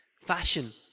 fashion